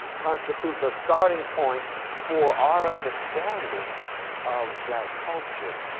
constitutes a starting point for our understanding of black culture,